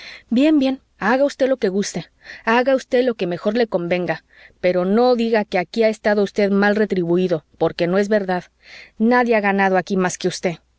bien bien haga usted lo que guste haga usted lo que mejor le convenga pero no diga que aquí ha estado usted mal retribuído porque no es verdad nadie ha ganado aquí más que usted